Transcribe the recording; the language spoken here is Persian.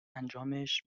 انجامش